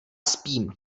spím